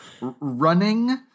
running